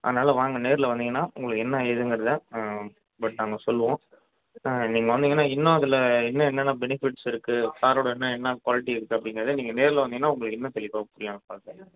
அதனால வாங்க நேரில் வந்தீங்கன்னா உங்களுக்கு என்ன ஏதுங்கிறதை பட் நாங்கள் சொல்வோம் நீங்கள் வந்தீங்கன்னா இன்னும் அதில் இன்னும் என்னென்ன பெனிஃபிட்ஸ் இருக்கு காரோட இன்னும் என்ன குவாலிட்டி இருக்கு அப்படிங்கிறத நீங்கள் நேரில் வந்தீங்கன்னா உங்களுக்கு இன்னும் தெளிவாக புரியும்